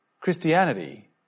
Christianity